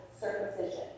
circumcision